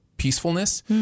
peacefulness